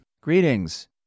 Greetings